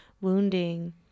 wounding